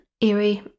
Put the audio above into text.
eerie